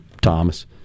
Thomas